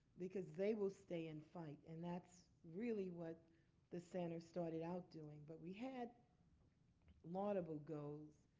because they will stay and fight. and that's really what the center started out doing. but we had laudable goals.